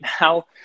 now